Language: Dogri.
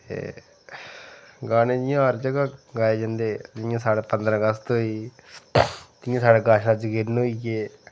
ते गाने इ'यां हर जगह गाए जंदे जि'यां साढ़े पंदरां अगस्त होई गेई जि'यां साढ़े कश जागरन होई गए